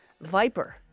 Viper